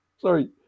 sorry